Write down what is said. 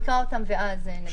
נקרא אותם ואז נדבר עליהם.